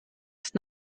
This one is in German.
ist